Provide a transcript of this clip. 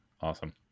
awesome